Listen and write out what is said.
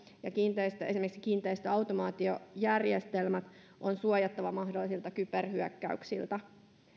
ja toimintavarmuutta esimerkiksi kiinteistöautomaatiojärjestelmät on suojattava mahdollisilta kyberhyökkäyksiltä